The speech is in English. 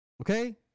okay